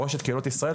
מורשת קהילות ישראל,